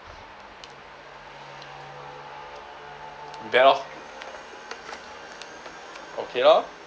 okay lor